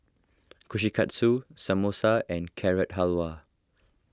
Kushikatsu Samosa and Carrot Halwa